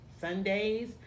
Sundays